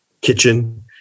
kitchen